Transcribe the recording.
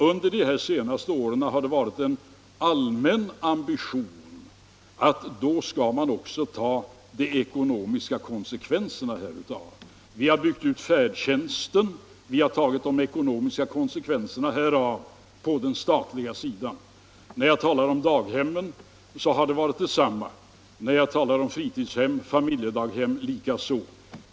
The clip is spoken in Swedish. Under de senaste åren har det varit en allmän ambition att vi då också skall ta de ekonomiska konsekvenserna härav. Vi har fattat beslut om utbyggnad av färdtjänsten, 93 och vi har på den statliga sidan tagit de ekonomiska konsekvenserna av detta beslut. Detsamma gäller de beslut vi fattat beträffande daghem, fritidshem och familjedaghem.